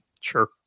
Sure